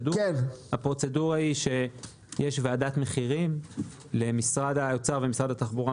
הפרוצדורה היא שיש ועדת מחירים משותפת למשרד האוצר ומשרד התחבורה,